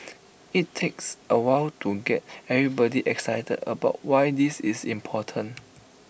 IT takes A while to get everybody excited about why this is important